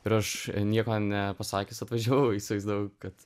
ir aš nieko nepasakęs atvažiavau įsivaizdavau kad